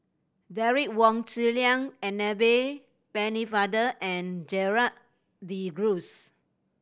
Derek Wong Zi Liang Annabel Pennefather and Gerald De Cruz